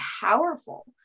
powerful